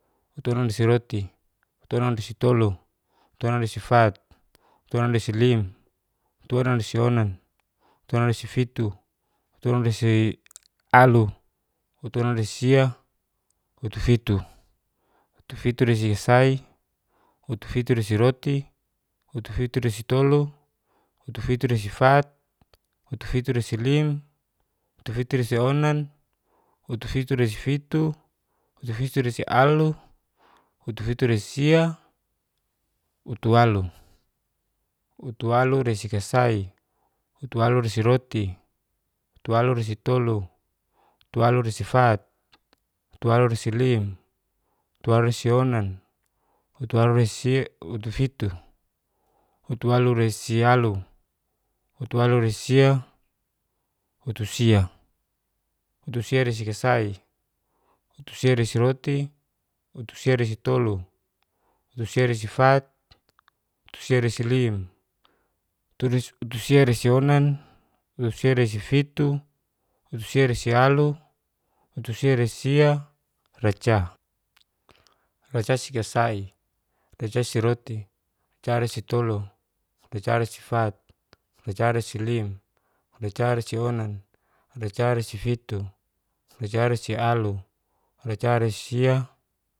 Utuonanresiroti. utuonanresitolu. utuonanresifat. utuonanresilim. utuonanrasionan, utuonanresifitu, utuonanresi alu, utuonanresisia, utufitu. utufituresikasai, utufituresiroti, utufituresitolu, utufituresifat, utufituresilim, utufituresionan, utufituresifitu, utufituresialu, utufituresisia. utualu, utualuresikasai, uturaluresiroti, utualuresitolu, utualuresifat, utualuresilim, utualuresionan, utualuresi fitu, utualuresialu, utualuresisia. utusia, utusiaresikasai, utusiresiroti, utusiaresitolu, utusiaresifat, utusiaresilim, utu siaresionan. utusiaresifitu, utusiaresialu, utusiaresisia, raca. racasikasai, racasiroti, racaresitolu, racaresifat, racaresilim. racaresionan, racaresifitu. racaresialu. rasaresisia